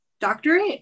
doctorate